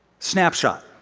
snapshot,